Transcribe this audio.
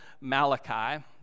Malachi